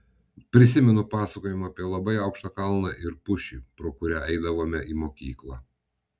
prisimenu pasakojimą apie labai aukštą kalną ir pušį pro kurią eidavome į mokyklą